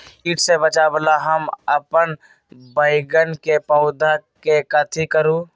किट से बचावला हम अपन बैंगन के पौधा के कथी करू?